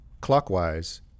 clockwise